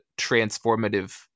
transformative